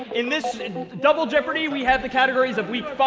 in this double jeopardy we have the categories of week five,